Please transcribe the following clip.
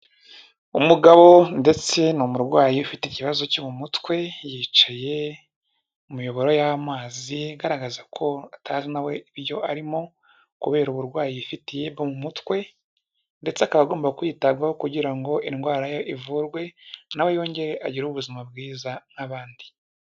Umugabo ndetse ni umurwayi ufite ikibazo cyo mu mutwe, yicaye mu miyoboro y'amazi, igaragaza ko atazi na we ibyo arimo kubera uburwayi yifitiye bwo mu mutwe ndetse akaba agomba kwitabwaho kugira ngo indwara ye ivurwe na we yongere agire ubuzima bwiza nk'abandi.